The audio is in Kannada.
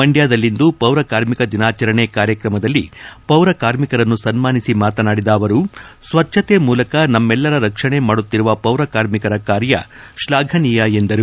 ಮಂಡ್ನದಲ್ಲಿಂದು ಪೌರಕಾರ್ಮಿಕ ದಿನಾಚರಣೆ ಕಾರ್ಯಕ್ರಮದಲ್ಲಿ ಪೌರ ಕಾರ್ಮಿಕರನ್ನು ಸನ್ನಾನಿಸಿ ಮಾತನಾಡಿದ ಅವರು ಸಚ್ಲತೆ ಮೂಲಕ ನಮ್ಲೆಲ್ಲರ ರಕ್ಷಣೆ ಮಾಡುತ್ತಿರುವ ಪೌರ ಕಾರ್ಮಿಕರ ಕಾರ್ಯ ಶ್ಲಾಘಿನೀಯ ಎಂದರು